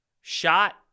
shot